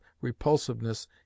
repulsiveness